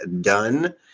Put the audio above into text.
done